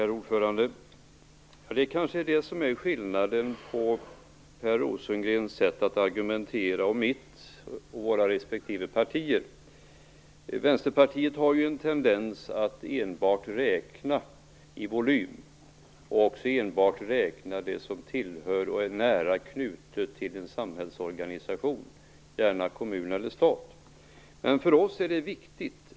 Herr talman! Det är kanske det som är skillnaden mellan Per Rosengrens sätt att argumentera och mitt liksom mellan våra respektive partier. Vänsterpartiet har ju en tendens att enbart räkna i volym och att enbart räkna det som tillhör och är nära knutet till en samhällsorganisation, gärna kommun eller stat.